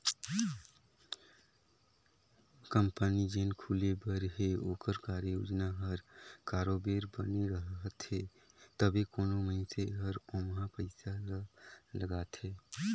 company जेन खुले बर हे ओकर कारयोजना हर बरोबेर बने रहथे तबे कोनो मइनसे हर ओम्हां पइसा ल लगाथे